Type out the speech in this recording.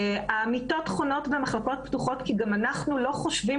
המיטות חונות במחלקות פתוחות כי גם אנחנו לא חושבים